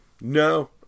No